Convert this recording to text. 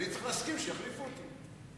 אני צריך להסכים שיחליפו אותי.